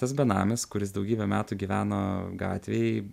tas benamis kuris daugybę metų gyveno gatvėj